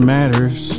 Matters